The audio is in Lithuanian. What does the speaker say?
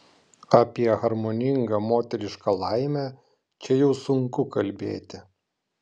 apie harmoningą moterišką laimę čia jau sunku kalbėti